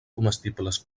comestibles